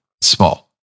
small